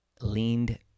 leaned